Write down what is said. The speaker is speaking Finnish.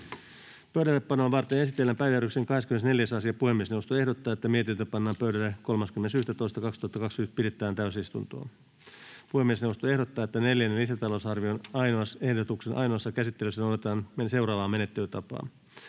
Pöydällepanoa varten esitellään päiväjärjestyksen 24. asia. Puhemiesneuvosto ehdottaa, että mietintö pannaan pöydälle 30.11.2021 pidettävään täysistuntoon. Puhemiesneuvosto ehdottaa, että neljännen lisätalousarvioehdotuksen ainoassa käsittelyssä noudatetaan seuraavaa menettelytapaa: